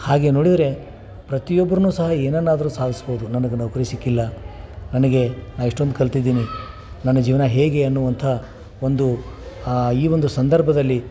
ಹಾಗೆ ನೋಡಿದರೆ ಪ್ರತಿಯೊಬ್ರೂ ಸಹ ಏನನ್ನಾದರೂ ಸಾಧಿಸ್ಬೋದು ನನ್ಗೆ ನೌಕರಿ ಸಿಕ್ಕಿಲ್ಲ ನನಗೆ ನಾ ಇಷ್ಟೊಂದು ಕಲಿತಿದ್ದೀನಿ ನನ್ನ ಜೀವನ ಹೇಗೆ ಅನ್ನುವಂಥ ಒಂದು ಈ ಒಂದು ಸಂದರ್ಭದಲ್ಲಿ